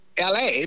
la